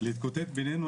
להתקוטט בינינו.